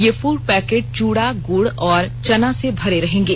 ये food packet चूड़ा गुड़ और चना से भरे रहेंगे